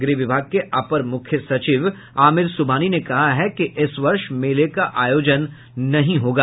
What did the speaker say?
गृह विभाग के अपर मुख्य सचिव आमिर सुबहानी ने कहा है कि इस वर्ष मेले का आयोजन नहीं होगा